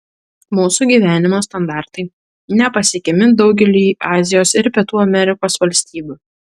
mūsų gyvenimo standartai nepasiekiami daugeliui azijos ir pietų amerikos valstybių